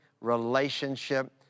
relationship